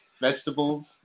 vegetables